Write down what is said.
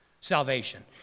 salvation